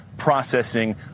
processing